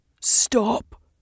Stop